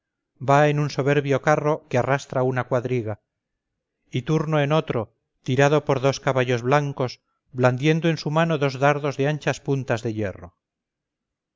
va en un soberbio carro que arrastra una cuadriga y turno en otro tirado por dos caballos blancos blandiendo en su mano dos dardos de anchas puntas de hierro